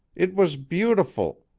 it was beautiful